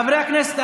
חברי הכנסת,